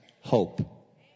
hope